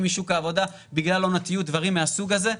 משוק העבודה בגלל עונתיות ודברים מהסוג הזה,